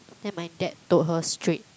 then my dad told her straight